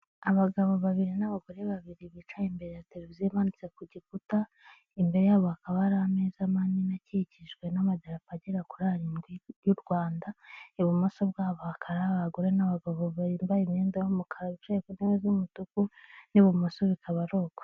Abagabo babiri n'abagore babiri bicaye imbere ya televiziyo imanitse ku gikuta, imbere yabo hakaba hari ameza manini akikijwe n'amadarapo agera kuri arindwi y'u Rwanda, ibumoso bwabo hakaba hari abagore n'abagabo bambaye imyenda y'umukara iciyemo ibara ry'umutuku n'ibumoso bikaba ari uko.